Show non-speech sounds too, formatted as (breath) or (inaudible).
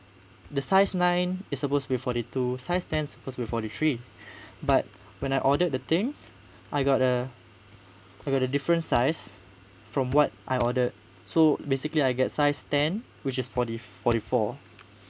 the size nine it's supposed to be forty two size ten suppose to be forty three (breath) but when I ordered the thing I got a I got a different size from what I ordered so basically I get size ten which is forty forty four